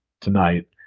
tonight